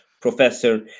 Professor